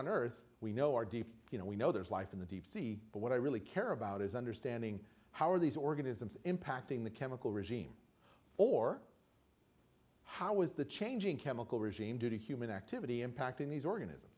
on earth we know our deep you know we know there is life in the deep sea but what i really care about is understanding how are these organisms impacting the chemical regime or how is the changing chemical regime due to human activity impacting these organism